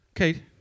okay